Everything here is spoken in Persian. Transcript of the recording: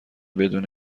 بدون